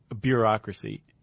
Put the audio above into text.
bureaucracy